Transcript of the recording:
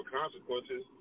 consequences